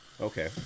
Okay